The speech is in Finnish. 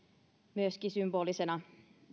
myöskin symbolisena